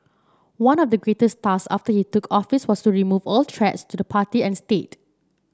one of the greatest task after he took office was to remove all threats to the party and state